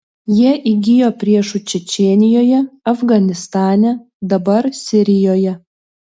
jie įgijo priešų čečėnijoje afganistane dabar sirijoje